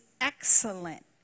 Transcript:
excellent